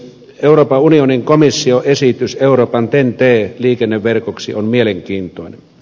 euroopan unionin komission esitys euroopan ten t liikenneverkoksi on mielenkiintoinen